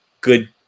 good